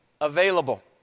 available